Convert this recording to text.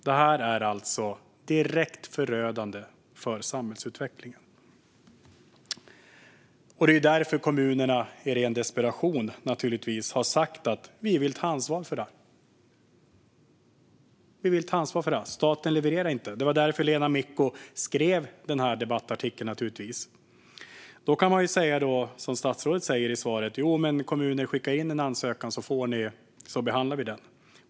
Detta är direkt förödande för samhällsutvecklingen. Det är naturligtvis därför kommunerna i ren desperation har sagt att de vill ta ansvar - för att staten inte levererar. Det var därför Lena Micko skrev debattartikeln. Man kan säga till kommunerna som statsrådet gör i svaret, att de ska skicka in en ansökan så behandlas den.